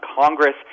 Congress